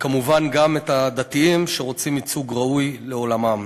וכמובן גם את הדתיים שרוצים ייצוג ראוי לעולמם".